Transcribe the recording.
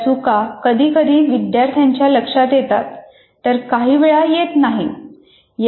या चुका कधी कधी विद्यार्थ्यांच्या लक्षात येतात तर काही वेळा येत नाहीत